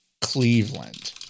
Cleveland